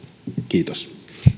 kiitos